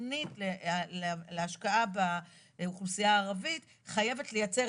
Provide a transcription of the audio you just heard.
שהתכנית להשקעה באוכלוסייה הערבית חייבת לייצר